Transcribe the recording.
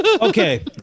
Okay